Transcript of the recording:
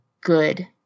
good